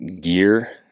gear